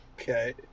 Okay